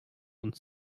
und